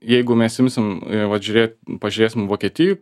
jeigu mes imsim vat žiūrėt pažiūrėsim vokietijoj